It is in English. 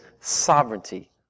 sovereignty